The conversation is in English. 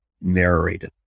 narrated